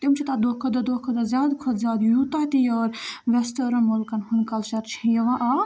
تِم چھِ تَتھ دۄہ کھۄتہٕ دۄہ دۄہ کھۄتہٕ دۄہ زیادٕ کھۄتہٕ زیادٕ یوٗتاہ تہِ یور ویٚسٹٲرٕن مُلکَن ہُنٛد کَلچَر چھُ یِوان آو